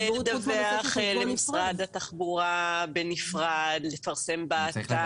לדווח למשרד התחבורה בנפרד, לפרסם באתר.